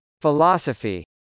Philosophy